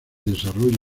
desarrollo